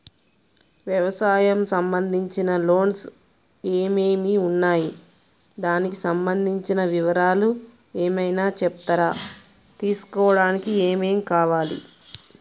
వ్యవసాయం సంబంధించిన లోన్స్ ఏమేమి ఉన్నాయి దానికి సంబంధించిన వివరాలు ఏమైనా చెప్తారా తీసుకోవడానికి ఏమేం కావాలి?